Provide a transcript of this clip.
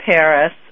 Paris